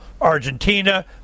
Argentina